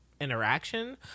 interaction